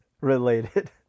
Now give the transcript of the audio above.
related